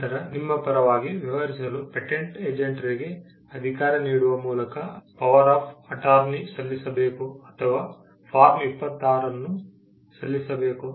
ನಂತರ ನಿಮ್ಮ ಪರವಾಗಿ ವ್ಯವಹರಿಸಲು ಪೇಟೆಂಟ್ ಏಜೆಂಟರಿಗೆ ಅಧಿಕಾರ ನೀಡುವ ಮೂಲಕ ಪವರ್ ಆಫ್ ಅಟಾರ್ನಿ ಸಲ್ಲಿಸಬೇಕು ಅಥವಾ ಫಾರ್ಮ್ 26 ಅನ್ನು ಸಲ್ಲಿಸಬೇಕು